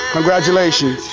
Congratulations